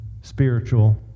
spiritual